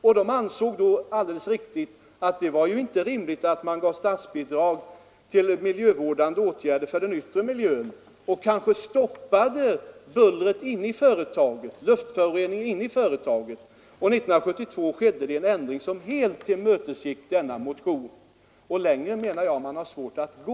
Motionärerna ansåg alldeles riktigt att det var orimligt att ge statsbidrag till miljövårdande åtgärder för den yttre miljön och därigenom kanske stänga in bullret och luftföroreningen i fabriken. År 1972 blev det också en ändring som tillmötesgick önskemålen i denna motion, och längre menar jag att vi har svårt att gå.